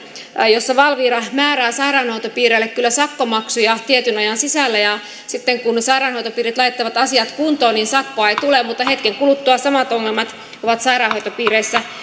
jossa valvira määrää sairaanhoitopiireille kyllä sakkomaksuja tietyn ajan sisällä ja sitten kun sairaanhoitopiirit laittavat asiat kuntoon niin sakkoa ei tule mutta hetken kuluttua samat ongelmat ovat sairaanhoitopiireissä